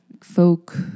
folk